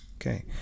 Okay